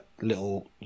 little